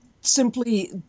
simply